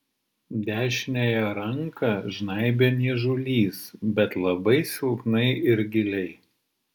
dešiniąją ranką žnaibė niežulys bet labai silpnai ir giliai